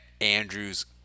Andrews